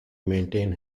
maintain